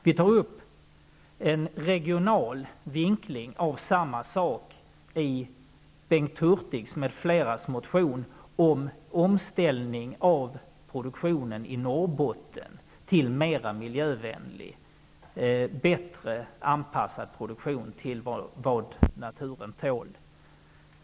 Vi tog upp en regional vinkling av samma sak i motionen av Bengt Hurtig m.fl. om omställning av produktionen i Norrbotten till en produktion som är mera miljövänlig, bättre anpassad till vad naturen tål.